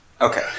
Okay